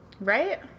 Right